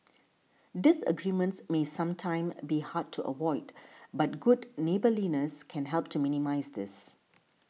disagreements may sometimes a be hard to avoid but good neighbourliness can help to minimise this